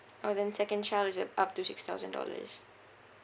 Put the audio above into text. orh then second child is uh up to six thousand dollars